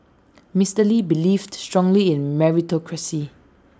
Mister lee believed strongly in meritocracy